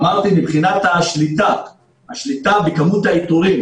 ואמרתי שמבחינת השליטה בכמות האיתורים